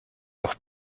doch